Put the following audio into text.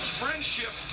friendship